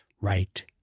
right